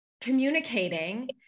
communicating